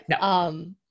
No